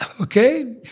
okay